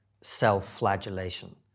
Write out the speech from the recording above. self-flagellation